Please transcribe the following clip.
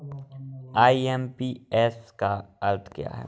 IMPS का क्या अर्थ है?